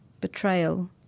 betrayal